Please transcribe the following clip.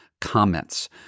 comments